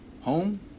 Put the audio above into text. Home